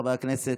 חברי הכנסת,